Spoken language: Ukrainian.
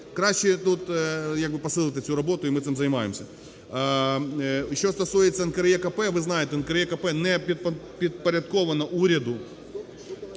Краще тут як би посилити цю роботу і ми цим займаємося. Що стосується НКРЕКП. Ви знаєте, НКРЕКП не підпорядковано уряду.